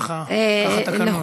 כך התקנון.